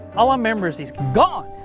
all i remember is he's gone!